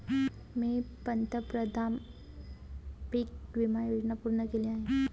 मी प्रधानमंत्री पीक विमा योजना पूर्ण केली आहे